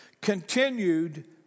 continued